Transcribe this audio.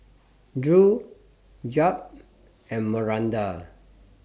Drew Jep and Maranda